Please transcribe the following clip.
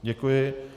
Děkuji.